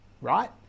right